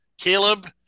Caleb